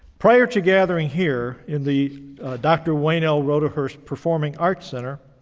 prior to gathering here in the dr. wayne l. rodehorst performing arts center,